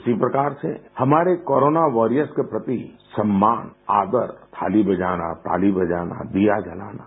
उसी प्रकार से हमारे कोरोना वारियर्स के प्रति सम्मान आदर थाली बजाना ताली बजाना दिया जलाना